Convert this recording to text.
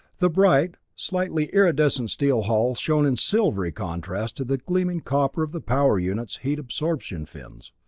the bright, slightly iridescent steel hull shone in silvery contrast to the gleaming copper of the power units' heat-absorption fins.